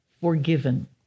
forgiven